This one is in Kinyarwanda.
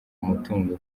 umutungo